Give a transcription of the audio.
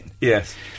Yes